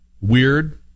weird